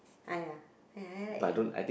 ah ya I like eh